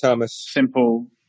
simple